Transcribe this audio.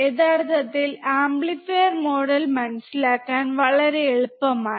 യഥാർത്ഥത്തിൽ amplifier model മനസിലാക്കാൻ വളരെ എളുപ്പമാണ്